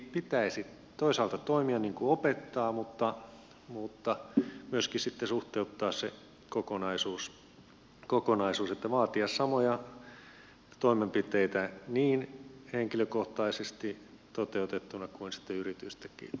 pitäisi toisaalta toimia niin kuin opettaa mutta myöskin sitten suhteuttaa se kokonaisuus että vaatii samoja toimenpiteitä niin henkilökohtaisesti toteutettuina kuistiyritys teki